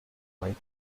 wife